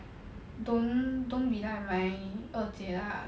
don't don't be like my 二姐 lah